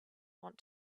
want